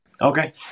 Okay